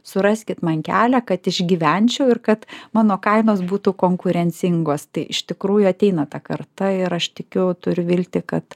suraskit man kelią kad išgyvenčiau ir kad mano kainos būtų konkurencingos tai iš tikrųjų ateina ta karta ir aš tikiu turiu viltį kad